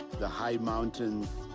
the high mountains,